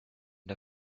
der